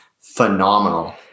phenomenal